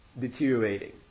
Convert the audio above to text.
deteriorating